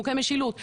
חוקי משילות,